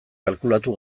kalkulatu